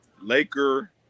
Laker